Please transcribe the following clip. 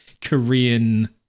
Korean